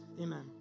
amen